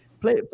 Play